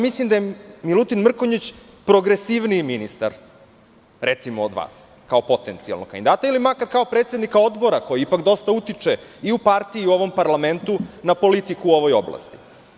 Mislim da je Milutin Mrkonjić progresivniji ministar od vas kao potencijalnog kandidata ili makar kao predsednika Odbora koji ipak dosta utiče i u partiji i u ovom parlamentu na politiku u ovoj oblasti.